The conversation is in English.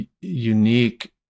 unique